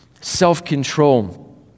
self-control